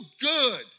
good